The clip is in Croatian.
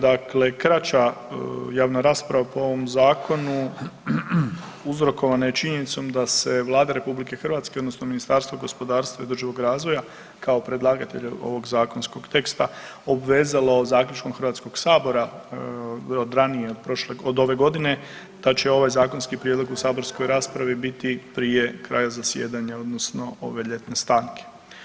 Dakle, kraća javna rasprava po ovom zakonu uzrokovana je činjenicom da se Vlada RH odnosno Ministarstvo gospodarstva i održivog razvoja kao predlagatelja ovog zakonskog teksta obvezalo zaključkom Hrvatskog sabora od ranije, od ove godine da će ovaj zakonski prijedlog u saborskoj raspravi biti prije kraja zasjedanja odnosno ove ljetne stanke.